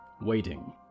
waiting